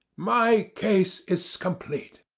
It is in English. my case is complete.